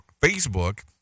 facebook